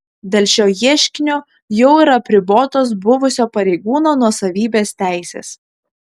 dėl šio ieškinio jau yra apribotos buvusio pareigūno nuosavybės teisės